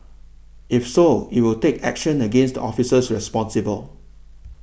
if so it will take action against the officers responsible